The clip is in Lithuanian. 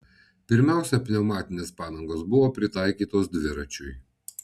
pirmiausia pneumatinės padangos buvo pritaikytos dviračiui